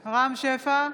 שפע,